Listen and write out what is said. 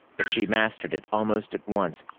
but she mastered it almost at once,